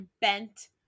bent